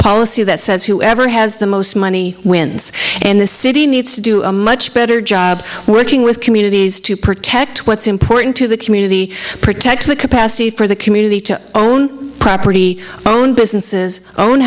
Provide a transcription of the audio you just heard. policy that says whoever has the money wins and the city needs to do a much better job working with communities to protect what's important to the community protect the capacity for the community to own property own businesses own